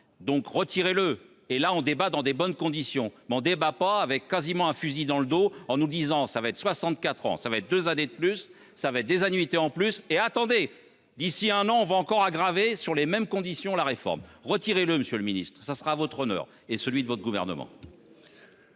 donc retirer le et là on débat dans des bonnes conditions mon débat pas avec quasiment un fusil dans le dos en nous disant ça va être 64 ans ça va être 2 années de plus. Ça va des annuités en plus et. Attendez, d'ici un an, on va encore aggraver sur les mêmes conditions la réforme retirer le Monsieur le Ministre, ce sera votre honneur et celui de votre gouvernement.